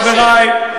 חברי,